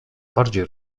bardziej